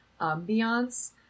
ambiance